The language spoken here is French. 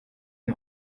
une